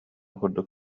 курдук